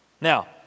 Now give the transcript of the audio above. Now